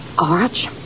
Arch